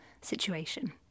situation